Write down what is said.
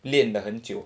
练得很久